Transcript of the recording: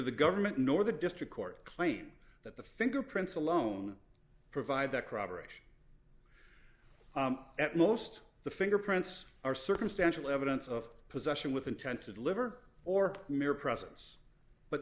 the government nor the district court claim that the fingerprints alone provide that corroboration at most the fingerprints are circumstantial evidence of possession with intent to deliver or mere presence but